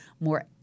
more